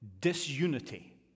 disunity